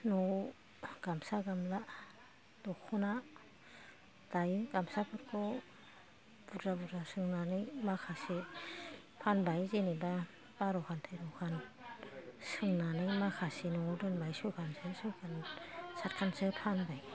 न'आव गामसा गामला दख'ना दायो गामसाफोरखौ बुरजा बुरजा सोंनानै माखासे फानबाय जेनोबा बार'खान थेर'खान सोंनानै माखासे न'आव दोनबाय सयखानसो सयखान सातखानसो फानबाय